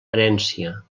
herència